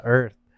Earth